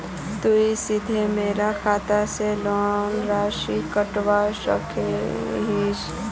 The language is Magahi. तुई सीधे मोर खाता से लोन राशि कटवा सकोहो हिस?